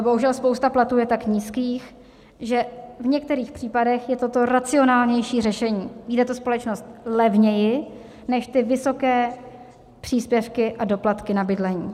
Bohužel spousta platů je tak nízkých, že v některých případech je toto racionálnější řešení, vyjde to společnost levněji než ty vysoké příspěvky a doplatky na bydlení.